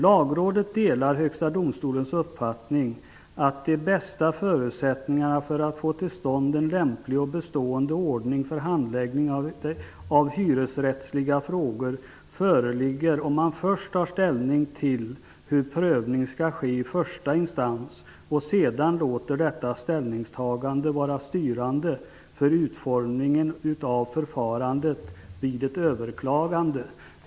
Lagrådet delar Högsta domstolens uppfattning att de bästa förutsättningarna för att få till stånd en lämplig och bestående ordning för handläggning av hyresrättsliga frågor föreligger om man först tar ställning till hur prövning skall ske i första instans och sedan låter detta ställningstagande vara styrande för utformingen av förfarandet vid ett överklagande.''